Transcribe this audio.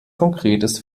konkretes